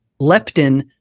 Leptin